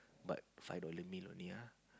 but five dollar meal only ah